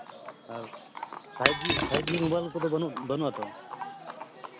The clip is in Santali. ᱟᱨ five G five G mobile ᱠᱚᱫᱚ ᱵᱟᱹᱱᱩᱜᱼᱟ ᱛᱚ